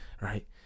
right